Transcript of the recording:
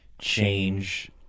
change